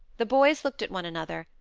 the boys looked at one another,